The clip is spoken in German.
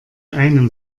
einem